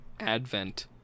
advent